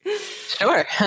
Sure